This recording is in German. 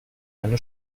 eine